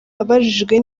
abajijwe